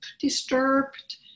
disturbed